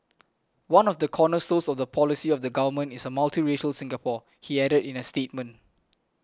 one of the cornerstones of the policy of the Government is a multiracial Singapore he added in a statement